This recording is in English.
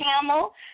Camel